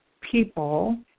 people